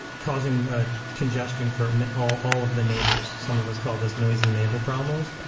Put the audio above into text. causing ah congestion for all all of the neighbors. some of us call this noisy neighbor problems,